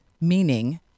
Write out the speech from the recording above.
meaning